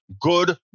good